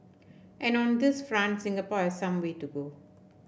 and on this front Singapore has some way to go